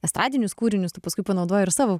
estradinius kūrinius tu paskui panaudojai ir savo